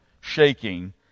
shaking